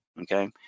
okay